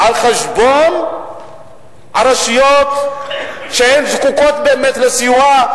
על חשבון הרשויות שזקוקות באמת לסיוע,